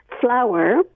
flour